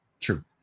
True